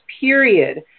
period